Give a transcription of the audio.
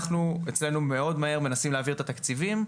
אנחנו אצלנו מאוד מהר מנסים להעביר את התקציבים,